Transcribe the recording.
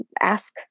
ask